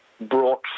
brought